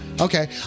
Okay